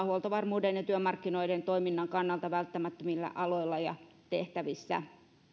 huoltovarmuuden ja työmarkkinoiden toiminnan kannalta välttämättömillä aloilla ja tehtävissä